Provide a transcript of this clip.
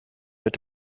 mit